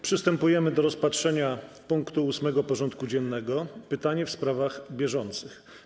Przystępujemy do rozpatrzenia punktu 8. porządku dziennego: Pytania w sprawach bieżących.